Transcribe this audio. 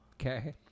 Okay